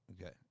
Okay